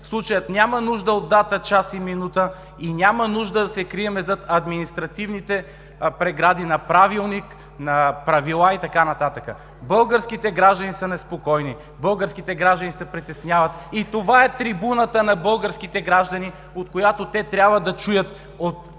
случаят няма нужда от дата, час и минута и няма нужда да се крием зад административните прегради на Правилник, на правила и така нататък. Българските граждани са неспокойни, българските граждани се притесняват и това е трибуната за българските граждани, от която те трябва да чуят от човека,